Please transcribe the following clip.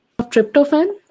tryptophan